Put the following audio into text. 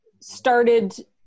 started